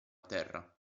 terra